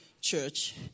Church